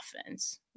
offense